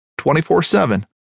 24/7